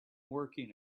working